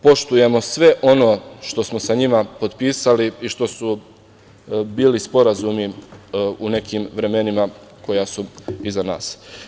Poštujemo sve ono što smo sa njima potpisali i što su bili sporazumi u nekim vremenima koja su iza nas.